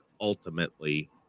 ultimately